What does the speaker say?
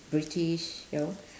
british yo